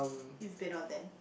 you've been on then